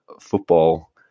football